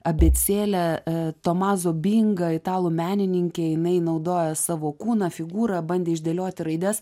abėcėlę e tomazo bingą italų menininkė jinai naudoja savo kūną figūrą bandė išdėlioti raides